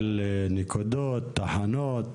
נקודות, תחנות